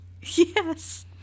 yes